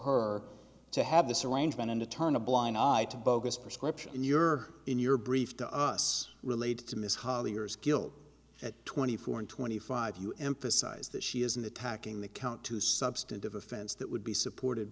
her to have this arrangement and to turn a blind eye to bogus prescription in your in your brief to us related to ms holley or skill at twenty four and twenty five you emphasize that she isn't attacking the count to substantive offense that would be supported